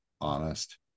honest